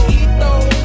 ethos